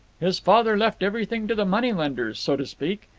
his father left everything to the moneylenders, so to speak,